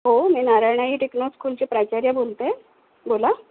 हो मी Narayana e techno स्कूलचे प्राचार्या बोलते आहे बोला